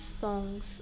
songs